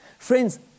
Friends